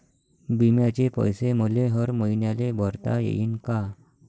बिम्याचे पैसे मले हर मईन्याले भरता येईन का?